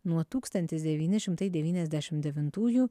nuo tūkstantis devyni šimtai devyniasdešim devintųjų